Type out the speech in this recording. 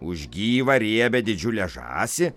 už gyvą riebią didžiulę žąsį